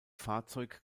fahrzeug